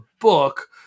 book